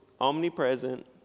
omnipresent